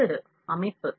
அடுத்தது அமைப்பு